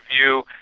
view